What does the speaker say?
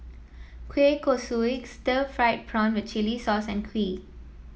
Kueh Kosui Stir Fried Prawn with Chili Sauce and kuih